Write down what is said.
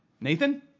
Nathan